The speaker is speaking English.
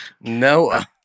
Noah